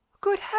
good